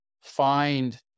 find